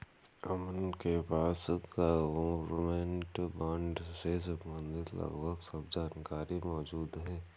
अमन के पास government bond से सम्बंधित लगभग सब जानकारी मौजूद है